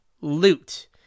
Loot